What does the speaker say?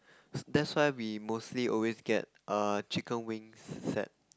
that's why we mostly always get err chicken wings set